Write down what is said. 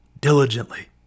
diligently